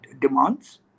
demands